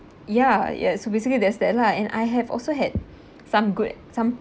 ya ya so basically there's that lah and I have also had some good e~ some